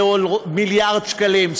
מיליארד שקלים,